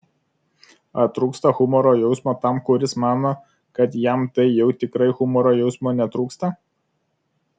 ar trūksta humoro jausmo tam kuris mano kad jam tai jau tikrai humoro jausmo netrūksta